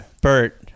Bert